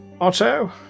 Otto